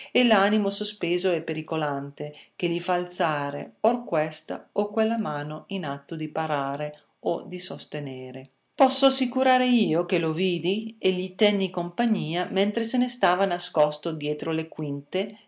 e l'animo sospeso e pericolante che gli fa alzare or questa or quella mano in atto di parare o di sostenere posso assicurare io che lo vidi e gli tenni compagnia mentre se ne stava nascosto dietro le quinte